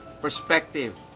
perspective